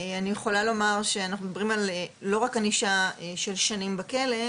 אני יכולה לומר שאנחנו מדברים על לא רק ענישה של שנים בכלא,